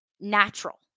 natural